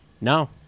No